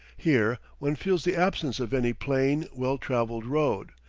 here, one feels the absence of any plain, well-travelled road,